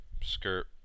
skirt